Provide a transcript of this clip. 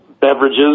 beverages